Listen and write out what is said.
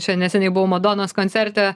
čia neseniai buvau madonos koncerte